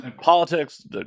politics